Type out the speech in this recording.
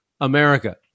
america